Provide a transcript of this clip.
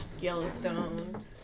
Yellowstone